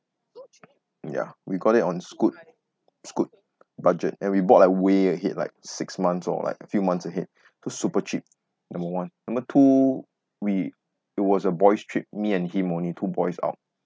ya we got it on Scoot Scoot budget and we bought like way ahead like six months or like few months ahead so super cheap number one number two we it was a boy's trip me and him only two boys out